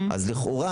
אז לכאורה,